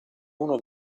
uno